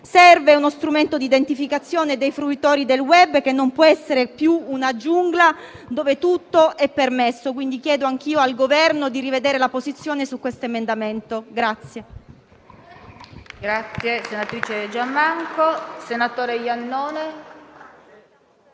Serve uno strumento di identificazione dei fruitori del *web*, che non può essere più una giungla dove tutto è permesso. Chiedo pertanto anch'io al Governo di rivedere la posizione su questo emendamento.